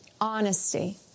honesty—